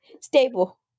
stable